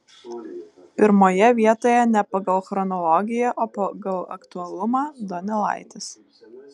pirmoje vietoje ne pagal chronologiją o pagal aktualumą donelaitis